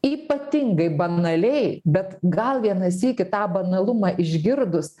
ypatingai banaliai bet gal vieną sykį tą banalumą išgirdus